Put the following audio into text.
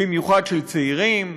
במיוחד של צעירים,